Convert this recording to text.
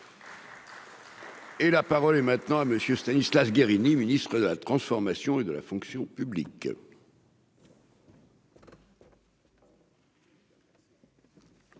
Et la parole est maintenant à monsieur Stanislas Guérini, ministre de la transformation et de la fonction publique.